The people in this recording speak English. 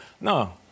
No